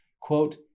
quote